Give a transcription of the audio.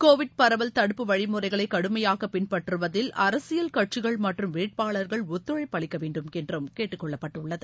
Covid பரவல் தடுப்பு வழிமுறைகளை கடுமையாக பின்பற்றுவதில் அரசியல் கட்சிகள் மற்றும் வேட்பாளர்கள் ஒத்துழைப்பு அளிக்க வேண்டுமென்றும் கேட்டுக்கொள்ளப்பட்டுள்ளது